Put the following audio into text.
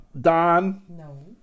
Don